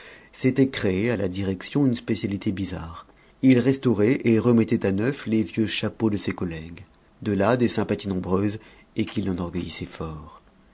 s'était créé à la direction une spécialité bizarre il restaurait et remettait à neuf les vieux chapeaux de ses collègues de là des sympathies nombreuses et qui l'enorgueillissaient fort